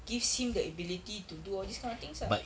gives him the ability to do all these kind of things ah